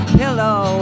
pillow